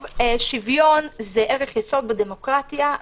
שוויון זה ערך יסוד בדמוקרטיה,